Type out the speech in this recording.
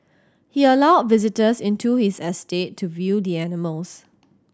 he allowed visitors into his estate to view the animals